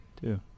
two